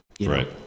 right